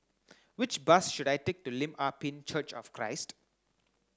which bus should I take to Lim Ah Pin Church of Christ